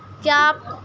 کیا آپ